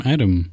Adam